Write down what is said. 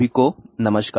सभी को नमस्कार